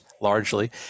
largely